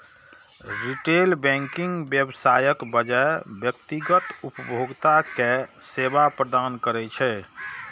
retail banking व्यवसायक बजाय व्यक्तिगत उपभोक्ता कें सेवा प्रदान करै छै